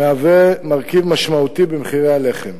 המהווה מרכיב משמעותי במחירי הלחם.